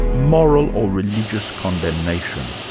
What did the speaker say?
moral or religious condemnation.